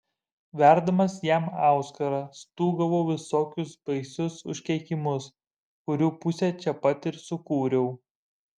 verdamas jam auskarą stūgavau visokius baisius užkeikimus kurių pusę čia pat ir sukūriau